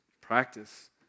practice